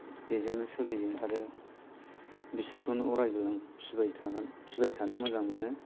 बेजोंनो सोलियो आरो बिसोरखौनो अरायबो आं फिसिबाय थागोन फिसिबाय थानो मोजां मोनो